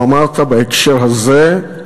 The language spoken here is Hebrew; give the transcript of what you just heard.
שבו אמרת בהקשר הזה: